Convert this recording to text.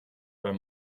არა